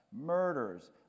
murders